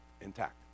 intact